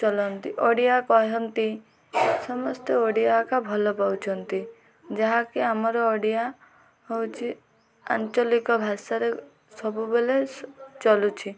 ଚଲନ୍ତି ଓଡ଼ିଆ କହନ୍ତି ସମସ୍ତେ ଓଡ଼ିଆ ଏକା ଭଲ ପାଉଛନ୍ତି ଯାହାକି ଆମର ଓଡ଼ିଆ ହେଉଛି ଆଞ୍ଚଳିକ ଭାଷାଠାରେ ସବୁବେଳେ ଚଳୁଛି